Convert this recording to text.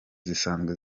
zisanzwe